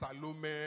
Salome